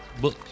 book